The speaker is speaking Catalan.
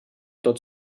tot